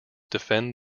defend